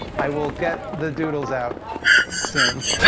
i will get the doodles out soon.